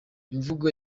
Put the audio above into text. imvugo